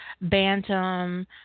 Bantam